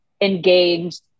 engaged